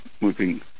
moving